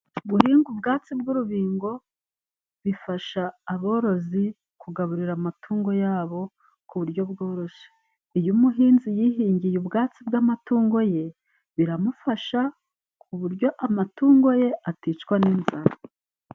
Guhinga ubwatsi bw'urubingo bifasha aborozi kugaburira amatungo yabo ku buryo bworoshe. Iyo umuhinzi yihingiye ubwatsi bw'amatungo ye, biramufasha ku buryo amatungo ye aticwa n'inzara.